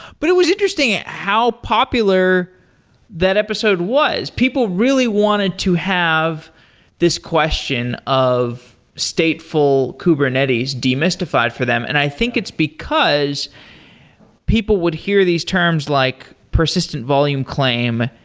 but it was interesting how popular that episode was. people really wanted to have this question of stateful kubernetes demystified for them. and i think it's because people would hear these terms like persistent volume claim,